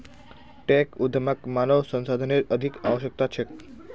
tech उद्यमक मानव संसाधनेर अधिक आवश्यकता छेक